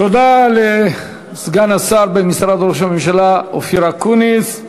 תודה לסגן השר במשרד ראש הממשלה אופיר אקוניס,